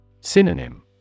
Synonym